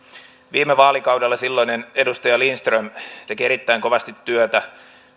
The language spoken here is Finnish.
viime vaalikaudella silloinen edustaja lindström teki erittäin kovasti työtä